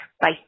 Bye